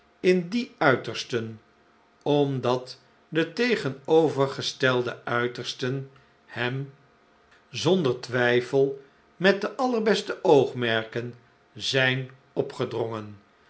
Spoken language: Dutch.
in die uitersten omdat de tegenovergestelde uitersten hem zonder twijfel met de allerbeste oogmerken zijn opgedwongen